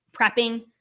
prepping